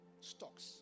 stocks